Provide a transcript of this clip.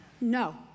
no